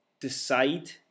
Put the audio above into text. decide